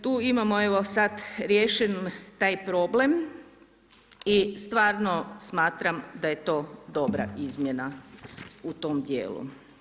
Tu imamo evo sad riješen taj problem i stvarno smatram da je to dobra izmjena u tom dijelu.